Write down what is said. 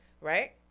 right